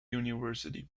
university